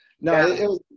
No